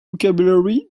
vocabulary